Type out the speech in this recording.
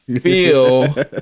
feel